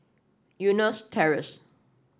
Eunos Terrace